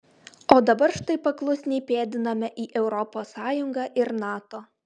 o dabar štai paklusniai pėdiname į europos sąjungą ir nato